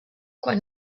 quan